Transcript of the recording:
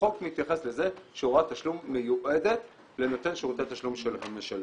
החוק מתייחס לזה שהוראת תשלום מיועדת לנותן שירותי התשלום של המשלם.